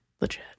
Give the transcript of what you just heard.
Legit